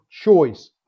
choice